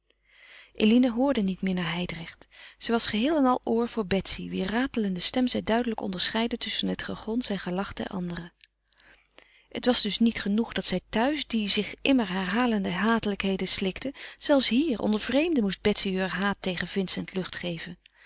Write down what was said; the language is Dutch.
eline hoorde niet meer naar hijdrecht zij was geheel en al oor voor betsy wier ratelende stem zij duidelijk onderscheidde tusschen het gegons en gelach der anderen het was dus niet genoeg dat zij thuis die zich immer herhalende hatelijkheden slikte zelfs hier onder vreemden moest betsy heur haat tegen vincent lucht geven